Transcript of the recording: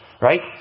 right